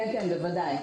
כן, בוודאי.